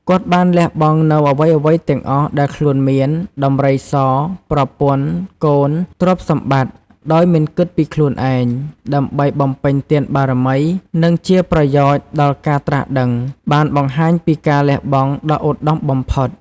គាត់បានលះបង់នូវអ្វីៗទាំងអស់ដែលខ្លួនមាន ដំរីស ប្រពន្ធ កូន ទ្រព្យសម្បត្តិ ដោយមិនគិតពីខ្លួនឯង ដើម្បីបំពេញទានបារមី និងជាប្រយោជន៍ដល់ការត្រាស់ដឹង បានបង្ហាញពីការលះបង់ដ៏ឧត្តមបំផុត។